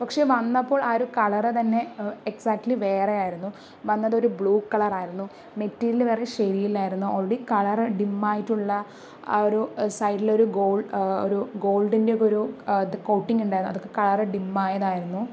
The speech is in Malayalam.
പക്ഷെ വന്നപ്പോൾ ആ ഒരു കളറ് തന്നെ എക്സാറ്റിലി വേറെ ആയിരുന്നു വന്നതൊരു ബ്ലൂ കളർ ആയിരുന്നു മെറ്റീരിയല് വരെ ശരിയല്ലായിരുന്നു ആൾറെഡി കളറ് ഡിമ്മായിട്ടുള്ള ആ ഒരു സൈഡിൽ ഒരു ഗോൾഡ് ഒരു ഗോൾഡിൻ്റെയൊക്കെ ഒരു കോട്ടിങ്ങുണ്ടായിരുന്നു അതൊക്കെ കളറ് ഡിമ്മായതായിരുന്നു